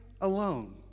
alone